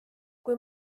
kui